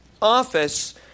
office